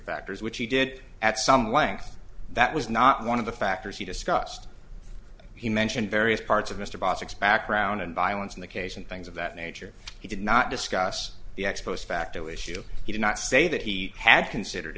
factors which he did at some length that was not one of the factors he discussed he mentioned various parts of mr posix background and violence in the case and things of that nature he did not discuss the ex post facto issue he did not say that he had considered